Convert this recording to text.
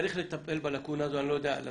צריך לטפל בלקונה הזו של החלשים,